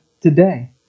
today